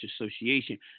association